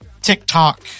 TikTok